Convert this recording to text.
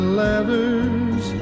letters